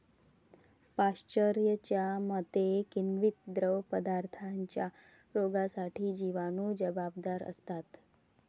पाश्चरच्या मते, किण्वित द्रवपदार्थांच्या रोगांसाठी जिवाणू जबाबदार असतात